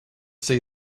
see